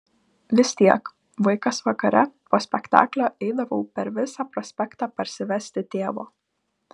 vis tiek vaikas vakare po spektaklio eidavau per visą prospektą parsivesti tėvo